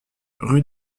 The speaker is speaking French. rue